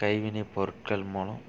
கைவினைப் பொருட்கள் மூலம்